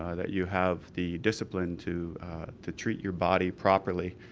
ah that you have the discipline to to treat your body properly,